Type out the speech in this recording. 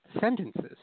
sentences